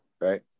right